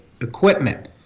equipment